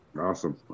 Awesome